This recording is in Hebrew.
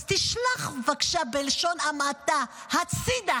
אז תשלח בבקשה בלשון המעטה הצידה